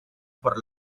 por